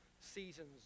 seasons